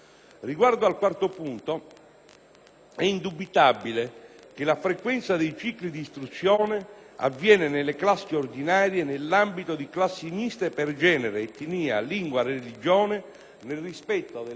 è indubitabile che la frequenza dei cicli di istruzione avviene nelle classi ordinarie nell'ambito di classi miste per genere, etnia, lingua, religione, nel rispetto dell'articolo 3 della Costituzione.